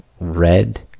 red